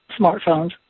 smartphones